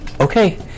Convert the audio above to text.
okay